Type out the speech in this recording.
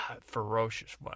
Ferocious